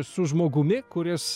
su žmogumi kuris